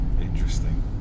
interesting